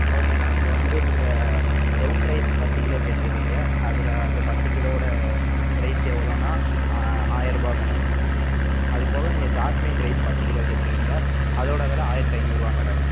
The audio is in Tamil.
ஓகே மேடம் அப்போ வந்து நீங்கள் ப்ரௌன் ரைஸ் பத்து கிலோ கேட்டுருக்கீங்க அதில் அந்த பத்து கிலோவோடய பிரைஸ் எவ்வளோன்னா ஆயரூபா மேடம் அது போக நீங்கள் ஜாஸ்மின் ரைஸ் பத்து கிலோ கேட்டுருக்கீங்க அதோட வெலை ஆயிரத்தி ஐந்நூறுபா மேடம்